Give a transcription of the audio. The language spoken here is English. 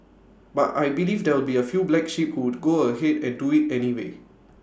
but I believe there will be A few black sheep who would go ahead and do IT anyway